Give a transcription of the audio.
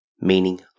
meaning